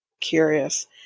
curious